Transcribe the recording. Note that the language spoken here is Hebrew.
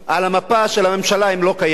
על המפה של הממשלה, הם לא קיימים.